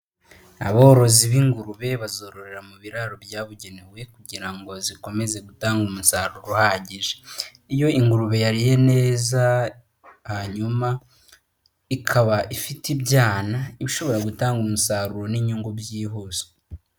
Aborozi b'ingurube bazororera mu biraro byabugenewe kugira ngo zikomeze gutanga umusaruro uhagije. Iyo ingurube yariye neza hanyuma ikaba ifite ibyana iba ishobora gutanga umusaruro n'inyungu byihuse.